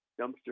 dumpster